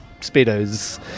Speedos